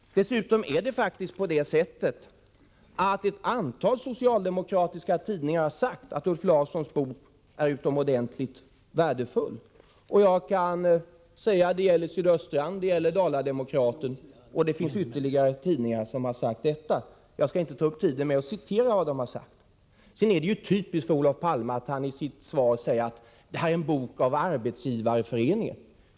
Dessutom har faktiskt ett antal socialdemokratiska tidningar sagt att Charlie Nordbloms bok är utomordentligt värdefull. Det gäller t.ex. Sydöstra Sveriges Dagblad och Dala-Demokraten. Det finns även ytterligare tidningar som har sagt detsamma. Jag skall inte ta upp tiden med att här citera vad de har skrivit. Det är typiskt för Olof Palme att han i sitt svar säger att det är en bok av Arbetsgivareföreningen.